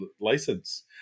license